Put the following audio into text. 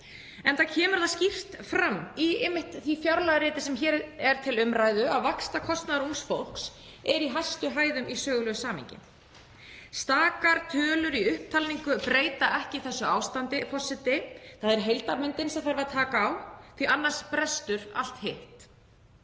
Enda kemur það skýrt fram, einmitt í því fjárlagariti sem hér er til umræðu, að vaxtakostnaður ungs fólks er í hæstu hæðum í sögulegu samhengi. Stakar tölur í upptalningu breyta ekki því ástandi, forseti. Það er heildarmyndin sem þarf að taka á því, annars brestur allt hitt.